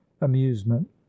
amusement